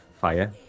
fire